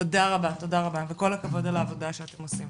תודה רבה וכל הכבוד על העבודה שאתם עושים.